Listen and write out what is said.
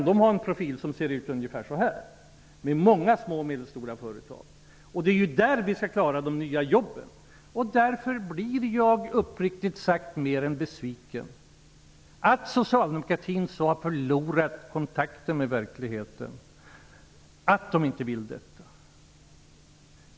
Vi har många stora företag men få små och medelstora, och det är ju i dem vi skall klara de nya jobben. Därför blir jag uppriktigt sagt mer än besviken över att socialdemokratin så har förlorat kontakten med verkligheten att man inte vill stödja detta.